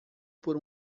por